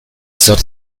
zor